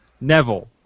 Neville